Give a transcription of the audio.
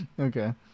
okay